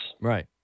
right